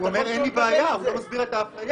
הוא אומר שאין לו בעיה אבל הוא לא מסביר את האפליה.